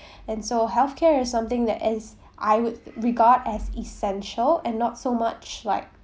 and so healthcare is something that as I would regard as essential and not so much like